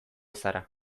zara